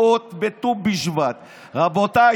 רציתי